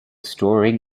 storing